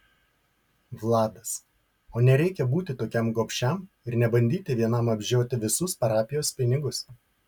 vladas o nereikia būti tokiam gobšiam ir nebandyti vienam apžioti visus parapijos pinigus